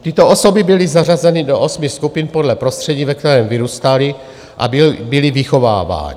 Tyto osoby byly zařazeny do osmi skupin podle prostředí, ve kterém vyrůstaly a byly vychovávány.